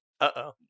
Uh-oh